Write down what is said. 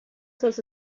seus